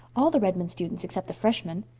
all the redmond students except the freshmen.